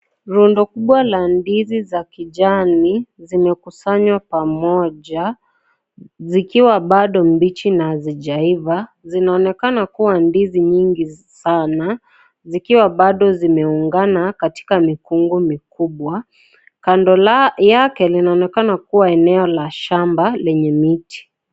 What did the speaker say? Rundo kubwa za ndizi za kijani zimekusanywa pamoja. Zikiwa bado mbichi na hazijaiva. Zinaonekana kuwa ndizi nyingi sana, zikiwa bado zimeungana katika mikungu mikubwa. Kando yake linaonekana kuwa eneo la shamba lenye miti.